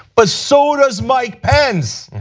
but so does mike pence.